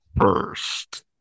first